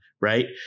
Right